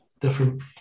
different